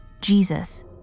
Jesus